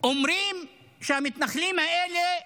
אומרים שלמתנחלים האלה,